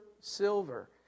silver